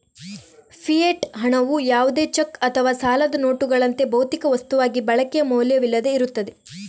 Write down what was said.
fiat ಹಣವು ಯಾವುದೇ cheque ಅಥವಾ ಸಾಲದ ನೋಟುಗಳಂತೆ, ಭೌತಿಕ ವಸ್ತುವಾಗಿ ಬಳಕೆಯ ಮೌಲ್ಯವಿಲ್ಲದೆ ಇರುತ್ತದೆ